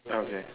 okay